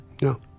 No